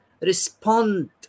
respond